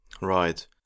Right